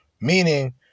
meaning